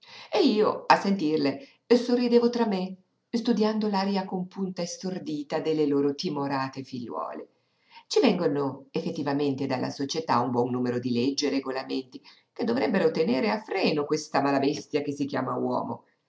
e io a sentirle sorridevo tra me studiando l'aria compunta e stordita delle loro timorate figliuole ci vengono effettivamente dalla società un buon numero di leggi e regolamenti che dovrebbero tenere a freno questa mala bestia che si chiama uomo